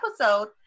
episode